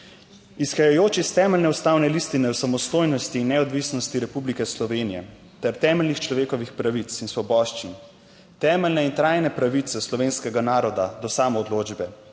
"Izhajajoč iz Temeljne ustavne listine o samostojnosti in neodvisnosti Republike Slovenije ter temeljnih človekovih pravic in svoboščin, temeljne in trajne pravice slovenskega naroda do samoodločbe